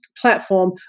platform